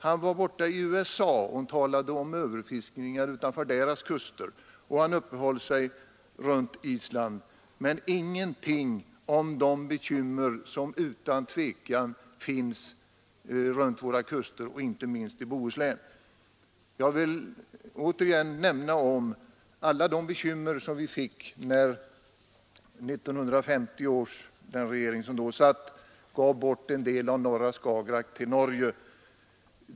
Han talade om USA och överfiskning utanför dess kuster och han höll sig runt Island, men han sade ingenting om de bekymmer som utan tvivel finns runt våra kuster, inte minst i Bohuslän. Jag vill återigen nämna om alla de bekymmer som vi fick när den regering som satt 1950 gav bort en del av norra Skagerack till Norge.